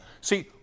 See